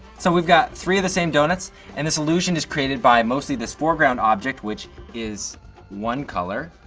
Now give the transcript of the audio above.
so we've got three of the same donuts and this illusion is created by mostly this foreground object, which is one color.